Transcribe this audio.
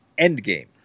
Endgame